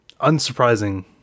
Unsurprising